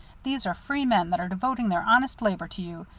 these are free men that are devoting their honest labor to you.